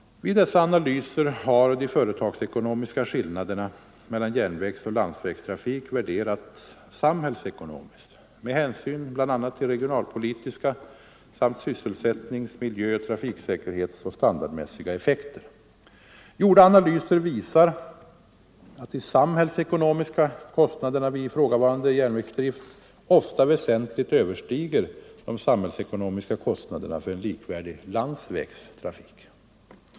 Vid dessa analyser har de företagsekonomiska skillnaderna mellan järnvägsoch landsvägstrafik värderats samhällsekonomiskt med hänsyn bl.a. till regionalpolitiska samt sysselsättnings-, miljö-, trafiksäkerhetsoch standardmässiga effekter. Gjorda analyser visar, att de samhällsekonomiska kostnaderna vid ifrågavarande järnvägsdrift ofta väsentligt överstiger de samhällsekonomiska kostnaderna för en likvärdig landsvägstrafik.